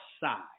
side